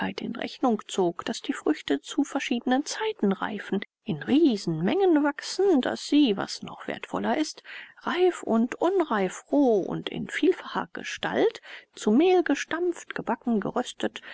in rechnung zog daß die früchte zu verschiedenen zeiten reifen in riesenmenge wachsen daß sie was noch wertvoller ist reif und unreif roh und in vielfacher gestalt zu mehl gestampft gebacken geröstet